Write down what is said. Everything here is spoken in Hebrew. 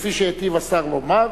כפי שהיטיב השר לומר,